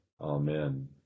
Amen